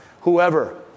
Whoever